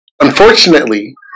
Unfortunately